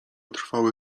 trwały